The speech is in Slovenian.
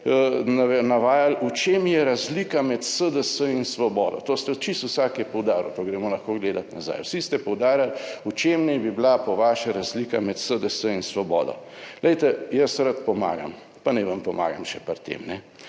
navajali v čem je razlika med SDS in Svobodo, to ste, čisto vsak je poudaril, to gremo lahko gledati nazaj, vsi ste poudarili, v čem naj bi bila po vaše razlika med SDS in Svobodo. Glejte, jaz rad pomagam, pa naj vam pomagam še pri